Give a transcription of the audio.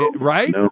Right